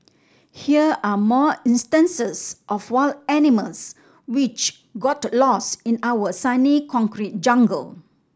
here are more instances of wild animals which got lost in our sunny concrete jungle